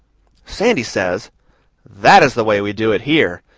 sandy says that is the way we do it here.